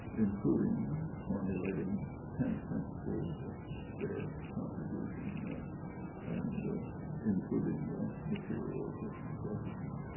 including formulating ten principles that's their contribution and including material that discusses them.